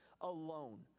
alone